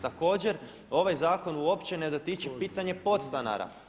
Također ovaj zakon uopće ne dotiče pitanje podstanara.